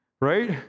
Right